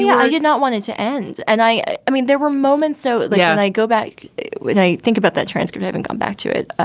yeah i did not want it to end. and i i mean, there were moments. so like yeah and i go back when i think about that transcript and come back to it,